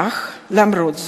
אך למרות זאת,